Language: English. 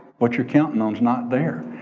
what you're counting on is not there.